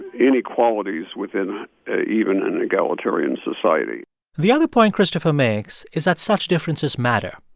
inequalities within even an egalitarian society the other point christopher makes is that such differences matter.